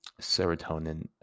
serotonin